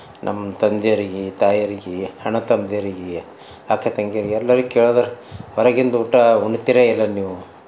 ನಮ್ಮ ತಂದೆಯೋರಿಗೆ ತಾಯಿಯರಿಗೆ ಅಣ್ಣ ತಮ್ಮಂದಿರಿಗೆ ಅಕ್ಕ ತಂಗಿಯರಿಗೆ ಎಲ್ಲರ ಕೇಳ್ದ್ರೆ ಹೊರಗಿಂದು ಊಟ ಉಣ್ತೀರ ಎಲ್ಲ ನೀವು